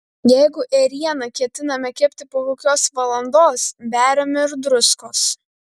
jeigu ėrieną ketiname kepti po kokios valandos beriame ir druskos